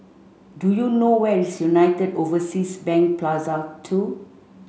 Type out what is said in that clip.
do you know where's United Overseas Bank Plaza Two